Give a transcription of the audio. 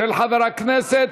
של חבר הכנסת